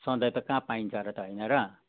सधैँ त कहाँ पाइन्छ र त होइन र